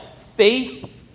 faith